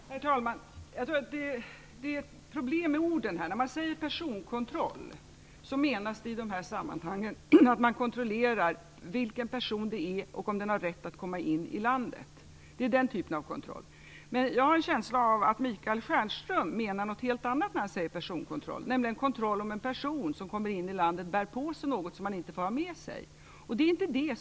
Herr talman! Jag tror att det föreligger ett problem med ord här. När man säger personkontroll avses i de här sammanhangen kontrollen av vilken person det är fråga om och om han eller hon har rätt att komma in i landet. Det är den typen av kontroll som avses. Jag har en känsla av att Michael Stjernström menar något helt annat när han säger personkontroll - nämligen kontroll av om en person som kommer in i landet bär med sig något han eller hon inte får.